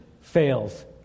fails